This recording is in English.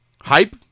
Hype